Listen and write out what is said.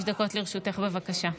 חמש דקות לרשותך, בבקשה.